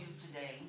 today